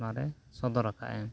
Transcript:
ᱱᱚᱰᱮ ᱥᱚᱫᱚᱨᱟᱠᱟᱜᱼᱟᱭ